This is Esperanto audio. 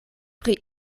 pri